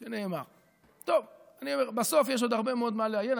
שנאמר, טוב, בסוף יש עוד הרבה מאוד מה לעיין.